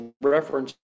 reference